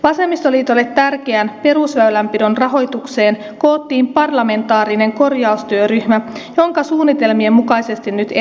vasemmistoliitolle tärkeään perusväylänpidon rahoitukseen koottiin parlamentaarinen korjaustyötyhmä jonka suunnitelmien mukaisesti nyt edetään